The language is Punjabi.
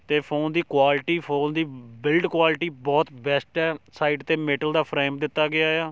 ਅਤੇ ਫੋਨ ਦੀ ਕੁਆਲਿਟੀ ਫੋਲ ਦੀ ਬਿਲਡ ਕੁਆਲਿਟੀ ਬਹੁਤ ਬੈਸਟ ਹੈ ਸਾਈਡ 'ਤੇ ਮਿਟਲ ਦਾ ਫਰਾਇਮ ਦਿੱਤਾ ਗਿਆ ਏ ਆ